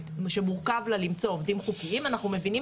שזה מורכב עבורה למצוא עובדים חוקיים אז אנחנו מבינים